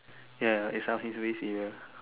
ya it's around his waist area